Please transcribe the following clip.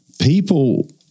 people